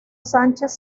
sánchez